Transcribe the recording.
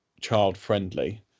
child-friendly